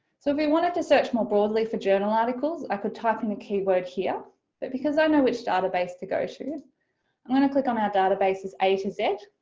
so if we wanted to search more broadly for journal articles i could type in a keyword here but because i know which database to go to i'm going to click on our databases a to z